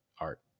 art